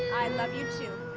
i love you, too.